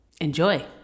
Enjoy